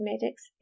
medics